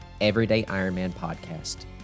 everydayironmanpodcast